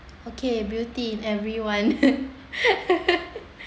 okay beauty in everyone